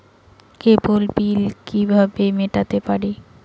কেবল bill কিভাবে মেটাতে পারি?